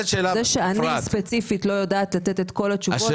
זה שאני ספציפית לא יודעת לתת את כל התשובות,